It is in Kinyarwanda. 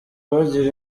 bagira